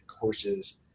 courses